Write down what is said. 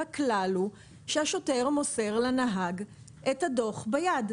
הכלל הוא שהשוטר מוסר לנהג את הדוח ביד.